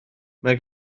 mae